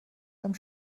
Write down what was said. einem